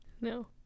no